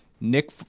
Nick